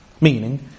Meaning